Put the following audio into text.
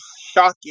shocking